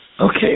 Okay